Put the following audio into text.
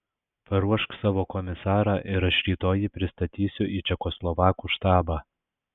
paruošk savo komisarą ir aš rytoj jį pristatysiu į čekoslovakų štabą